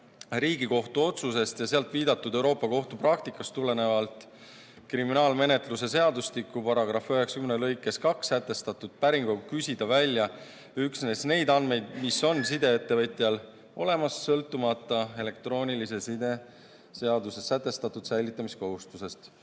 Riigikohtu otsusest ja seal viidatud Euroopa Kohtu praktikast tulenevalt kriminaalmenetluse seadustiku § 90 lõikes 2 sätestatud päringuga küsida üksnes neid andmeid, mis on sideettevõtjal olemas, sõltumata elektroonilise side seaduses sätestatud säilitamise kohustusest.